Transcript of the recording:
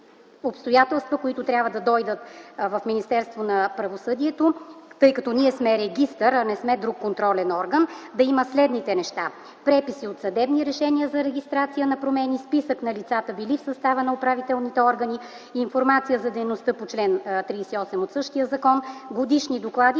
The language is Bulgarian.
обстоятелства, които трябва да дойдат в Министерството на правосъдието, тъй като ние сме регистър, а не сме друг контролен орган, да има следните неща: преписи от съдебни решения за регистрация на промени, списък на лицата, които са били в състава на управителните органи, информация за дейността по чл. 38 от същия закон, годишни доклади